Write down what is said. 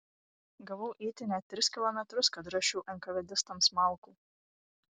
gavau eiti net tris kilometrus kad rasčiau enkavedistams malkų